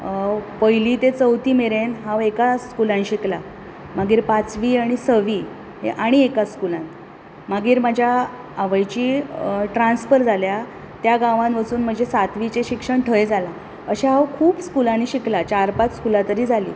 पयली ते चवथी मेरेन हांव एका स्कुलान शिकला मागीर पांचवी आनी सवी हें आनी एका स्कुलान मागीर म्हाज्या आवयची ट्रान्सफर जाल्या त्या गावान वचून म्हज्या सातवीचें शिक्षण थंय जालां अशें हांव खूब स्कुलांनी शिकलां चार पांच स्कुलां तरी जालीं